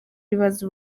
bibaza